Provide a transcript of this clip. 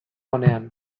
onean